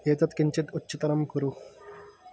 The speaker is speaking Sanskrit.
एतत् किञ्चित् उच्चतरं कुरु